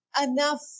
enough